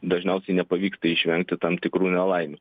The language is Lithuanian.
dažniausiai nepavyksta išvengti tam tikrų nelaimių